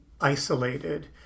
isolated